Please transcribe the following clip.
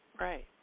right